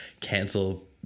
cancel